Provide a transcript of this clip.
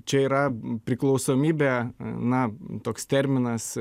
čia yra priklausomybė na toks terminas